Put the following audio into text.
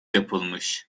yapılmış